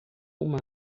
uma